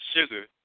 sugar